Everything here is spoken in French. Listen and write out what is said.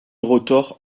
rotor